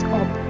up